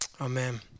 Amen